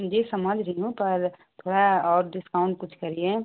जी समझ रही हूँ पर थोड़ा और डिस्काउंट कुछ करिए